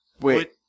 Wait